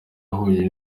abahuye